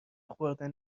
خوردن